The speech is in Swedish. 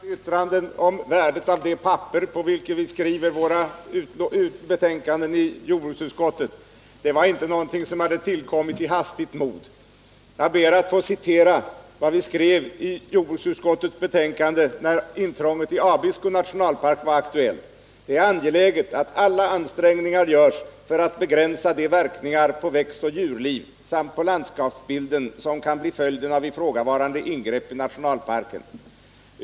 Fru talman! Mina förklenande yttranden om värdet av det papper som det betänkande från jordbruksutskottet vilket vi nu diskuterar är tryckt på har inte tillkommit i hastigt mod. Jag ber att få citera vad vi skrev i det betänkande från jordbruksutskottet som förelåg när frågan om intrånget i Abisko nationalpark var aktuellt: Det är ”angeläget att alla ansträngningar görs för att begränsa de verkningar på växtoch djurliv samt på landskapsbilden som kan bli följden av ifrågavarande ingrepp i nationalparken.